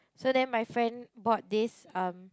so then my friend bought this um